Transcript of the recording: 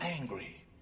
angry